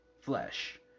flesh